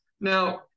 Now-